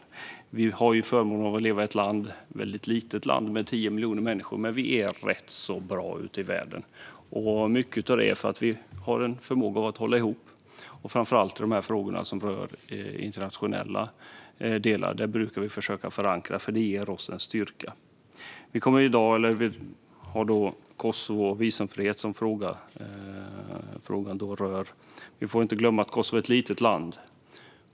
Vi har förmånen att leva i ett väldigt litet land, med 10 miljoner människor. Vi är rätt bra ute i världen. Mycket beror på att vi har en förmåga att hålla ihop, framför allt i dessa internationella frågor. De frågorna brukar vi försöka förankra, för det ger oss en styrka. I dag rör frågan Kosovo och visumfrihet. Vi får inte glömma att Kosovo är ett litet land.